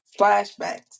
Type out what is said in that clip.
flashbacks